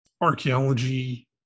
archaeology